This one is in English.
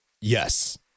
Yes